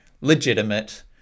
legitimate